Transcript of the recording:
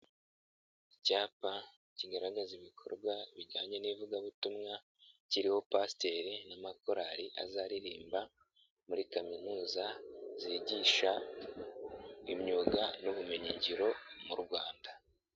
Icyapa kigaragaza ibikorwa bijyanye n'ivugabutumwa kiriho pasiteri n'amakorari azaririmba muri kaminuza zigisha imyuga n'ubumenyingiro mu Rwanda.